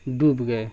ڈوب گئے